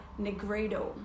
negredo